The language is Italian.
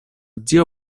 zio